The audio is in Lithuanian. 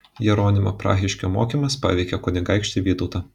jeronimo prahiškio mokymas paveikė kunigaikštį vytautą